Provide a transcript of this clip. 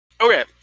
Okay